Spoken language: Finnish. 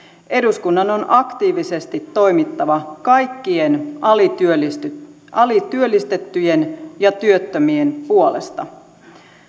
eduskunnan on aktiivisesti toimittava kaikkien alityöllistettyjen alityöllistettyjen ja työttömien puolesta